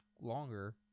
longer